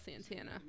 Santana